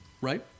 right